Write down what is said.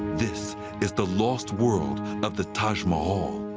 this is the lost world of the taj mahal.